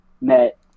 met